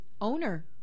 Owner